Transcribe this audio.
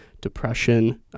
depression